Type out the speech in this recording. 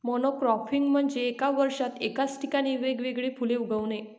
monocropping म्हणजे एका वर्षात एकाच ठिकाणी वेगवेगळी फुले उगवणे